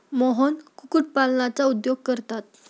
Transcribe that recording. मोहन कुक्कुटपालनाचा उद्योग करतात